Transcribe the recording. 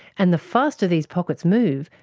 and the faster these pockets move,